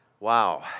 Wow